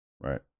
Right